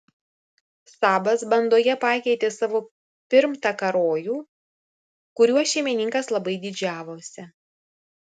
sabas bandoje pakeitė savo pirmtaką rojų kuriuo šeimininkas labai didžiavosi